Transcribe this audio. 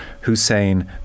Hussein